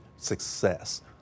success